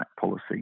policy